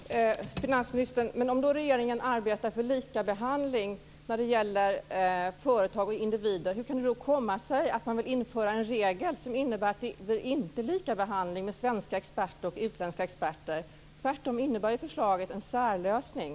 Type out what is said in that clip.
Fru talman! Finansministern, men om regeringen arbetar för likabehandling när det gäller företag och individer, hur kan det då komma sig att man vill införa en regel som innebär att det inte blir en likabehandling av svenska och utländska experter? Tvärtom innebär ju förslaget en särlösning.